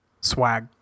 Swag